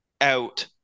out